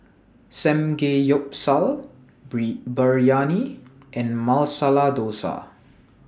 Samgeyopsal Biryani and Masala Dosa